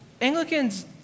Anglicans